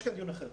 יש כאן דיון אחר.